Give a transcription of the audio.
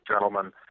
gentlemen